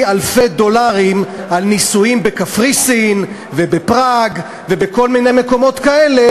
אלפי דולרים על נישואים בקפריסין ובפראג ובכל מיני מקומות כאלה,